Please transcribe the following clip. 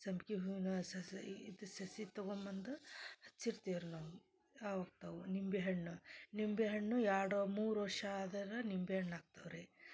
ಸಂಪ್ಗೆ ಹೂವಿನ ಸಸಿ ಇದು ಸಸಿ ತಗೊಬಂದು ಹಚ್ಚಿರ್ತೀವಿ ರೀ ನಾವು ಅವು ಆಗ್ತಾವೆ ನಿಂಬೆ ಹಣ್ಣು ನಿಂಬೆ ಹಣ್ಣು ಎರಡೋ ಮೂರು ವರ್ಷ ಆದರೆ ನಿಂಬೆ ಹಣ್ ಆಗ್ತಾವೆ ರೀ